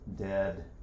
dead